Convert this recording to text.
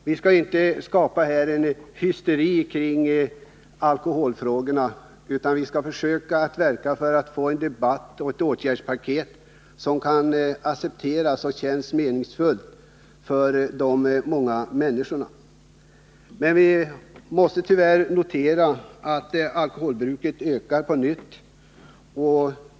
Vi skall inte skapa en hysteri kring alkoholfrågorna, utan vi skall försöka verka för att få en debatt och ett åtgärdspaket som kan accepteras och kännas meningsfullt för de många människorna. Men vi måste tyvärr notera att alkoholbruket ökar på nytt.